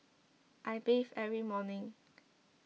I bathe every morning